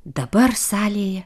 dabar salėje